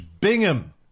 Bingham